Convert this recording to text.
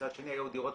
מצד שני, היו דירות